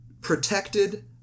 protected